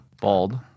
bald